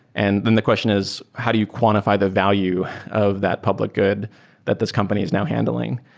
and then the question is how do you quantify the value of that public good that this company is now handling?